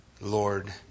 Lord